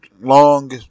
long